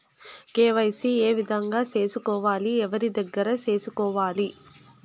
KYC ఏ విధంగా సేసుకోవాలి? ఎవరి దగ్గర సేసుకోవాలి?